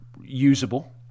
usable